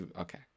okay